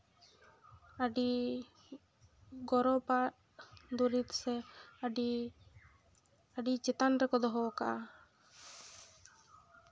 ᱟᱹᱰᱤ ᱜᱚᱨᱚᱵᱟᱜ ᱫᱩᱨᱤᱵᱽ ᱥᱮ ᱟᱹᱰᱤ ᱟᱹᱰᱤ ᱪᱮᱛᱟᱱ ᱨᱮᱠᱚ ᱫᱚᱦᱚᱣᱟᱠᱟᱜᱼᱟ